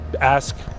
ask